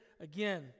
again